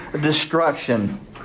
destruction